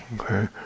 okay